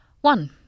One